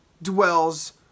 Dwells